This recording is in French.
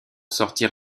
sortir